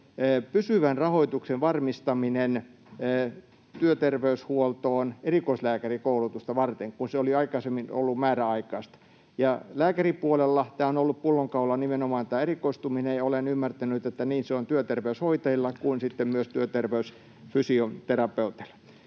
pysyvän rahoituksen varmistaminen työterveyshuoltoon erikoislääkärikoulutusta varten, kun se oli aikaisemmin ollut määräaikaista. Lääkäripuolella tämä on ollut pullonkaula, nimenomaan tämä erikoistuminen, ja olen ymmärtänyt, että niin se on myös työterveyshoitajilla kuin myös työterveysfysioterapeuteilla.